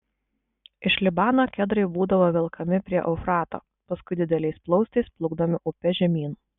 iš libano kedrai būdavo velkami prie eufrato paskui dideliais plaustais plukdomi upe žemyn